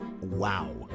Wow